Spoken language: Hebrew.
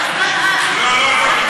לא,